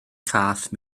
cath